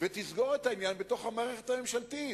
ותסגור את העניין בתוך המערכת הממשלתית.